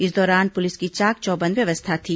इस दौरान पुलिस की चाक चौबंद व्यवस्था थी